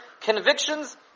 convictions